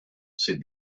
said